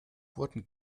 wurden